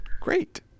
Great